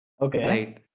Okay